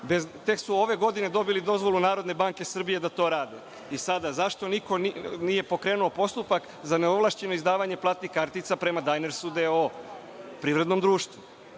Tek su ove godine dobili dozvolu NBS da to rade. Sada, zašto niko nije pokrenuo postupak za neovlašćeno izdavanje platnih kartica prema „Dajners klubu“ d.o.o. privrednom društvu?